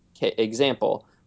example